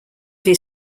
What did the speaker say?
his